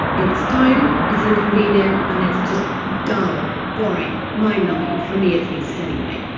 it's time, it's inconvenient, and it's just dull, boring, mind numbing, for me at least anyway.